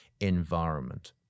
environment